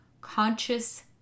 conscious